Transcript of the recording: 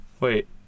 Wait